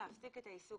להפסיק את העיסוק,